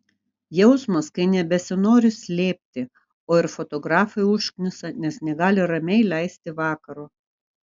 jausmas kai nebesinori slėpti o ir fotografai užknisa nes negali ramiai leisti vakaro